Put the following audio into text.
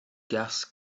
gas